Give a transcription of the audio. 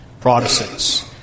Protestants